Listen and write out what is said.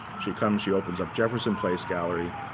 she comes. she opens up jefferson place gallery.